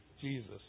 Jesus